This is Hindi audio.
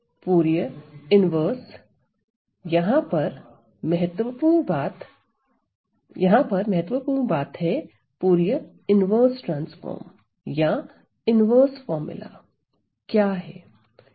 फूरिये इन्वर्स यहां पर महत्वपूर्ण बात है फूरिये इन्वर्स ट्रांसफॉर्म या इन्वर्स फार्मूला क्या है